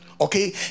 okay